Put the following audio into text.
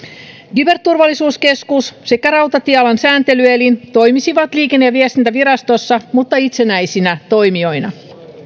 kyberturvallisuuskeskus sekä rautatiealan sääntelyelin toimisivat liikenne ja viestintävirastossa mutta itsenäisinä toimijoina